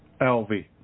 LV